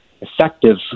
effective